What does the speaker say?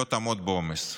לא תעמוד בעומס,